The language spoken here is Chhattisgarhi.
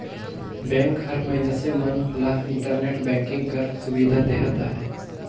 बेंक हर मइनसे मन ल इंटरनेट बैंकिंग कर सुबिधा देहत अहे